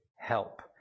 help